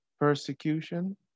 persecution